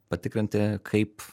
patikrinti kaip